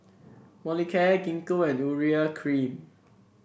Molicare Gingko and Urea Cream